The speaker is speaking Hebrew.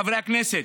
חברי הכנסת,